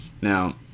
now